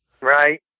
Right